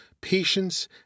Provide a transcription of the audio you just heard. patience